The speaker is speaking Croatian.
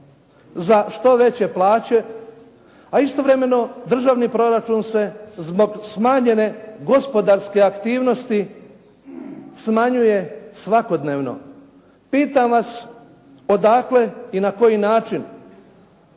za što veće plaće, a istovremeno državni proračun se zbog smanjene gospodarske aktivnosti smanjuje svakodnevno. Pitam vas odakle i na koji način